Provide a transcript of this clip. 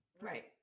right